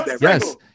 Yes